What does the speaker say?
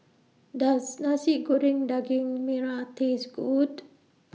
Does Nasi Goreng Daging Merah Taste Good